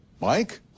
Mike